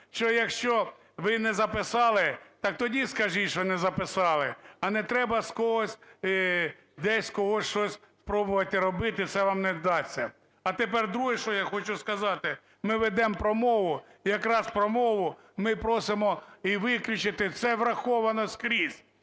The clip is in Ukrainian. що якщо ви не записали, так тоді скажіть, що не записали, а не треба з когось… десь з когось щось пробувати робити, це вам не вдасться. А тепер друге, що я хочу сказати. Ми ведемо промову якраз про мову ми просимо і виключити, це враховано скрізь.